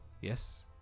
Yes